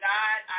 God